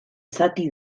zati